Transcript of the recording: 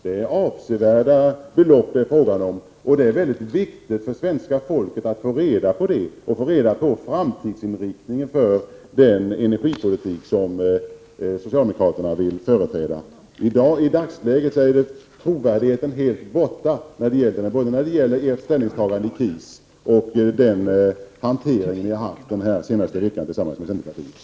Det är fråga om avsevärda belopp, och det är mycket viktigt för svenska folket att få reda på framtidsinriktningen på den energipolitik som socialdemokraterna vill föra. I dagsläget är trovärdigheten helt borta när det gäller både socialdemokraternas ställningstagande i KIS och det som ni har gjort den senaste veckan tillsammans med centerpartiet.